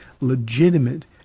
legitimate